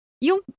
Yung